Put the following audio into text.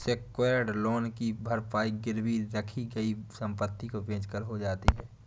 secured loan की भरपाई गिरवी रखी गई संपत्ति को बेचकर हो जाती है